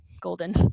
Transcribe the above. golden